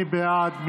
מי בעד?